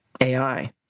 AI